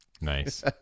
nice